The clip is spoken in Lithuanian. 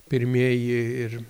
pirmieji ir